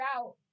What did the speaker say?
out